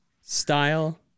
style